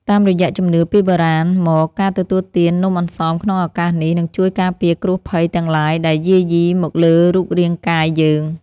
តាមរយៈជំនឿពីបុរាណមកការទទួលទាននំអន្សមក្នុងឱកាសនេះនឹងជួយការពារគ្រោះភ័យទាំងឡាយដែលយាយីមកលើរូបរាងកាយយើង។